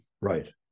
Right